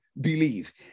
believe